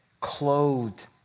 clothed